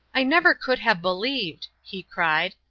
i never could have believed, he cried,